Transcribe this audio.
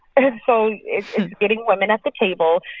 and and so it's getting women at the table.